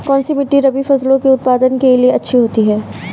कौनसी मिट्टी रबी फसलों के उत्पादन के लिए अच्छी होती है?